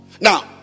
Now